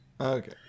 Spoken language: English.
Okay